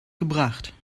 gebracht